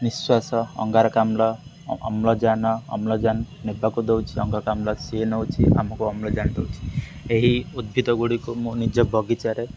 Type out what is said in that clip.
ନିଶ୍ୱାସ ଅଙ୍ଗାରକାମ୍ଲ ଅମ୍ଳଜାନ ଅମ୍ଳଜାନ ନେବାକୁ ଦେଉଛି ଅଙ୍ଗାରକାମ୍ଳ ସିଏ ନେଉଛି ଆମକୁ ଅମ୍ଳଜାନ ଦେଉଛି ଏହି ଉଦ୍ଭିଦଗୁଡ଼ିକୁ ମୁଁ ନିଜ ବଗିଚାରେ